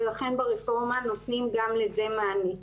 ולכן ברפורמה נותנים גם לזה מענה.